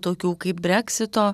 tokių kaip breksito